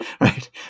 Right